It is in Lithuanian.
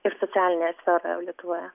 ir socialinėje sferoje lietuvoje